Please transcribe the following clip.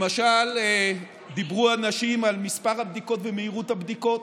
למשל דיברו אנשים על מספר הבדיקות ועל מהירות הבדיקות.